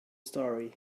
story